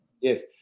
Yes